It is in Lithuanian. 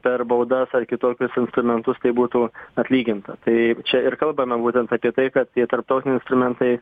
per baudas ar kitokius instrumentus tai būtų atlyginta tai čia ir kalbame būtent apie tai kad tie tarptautiniai instrumentai